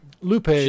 Lupe